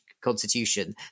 constitution